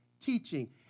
teaching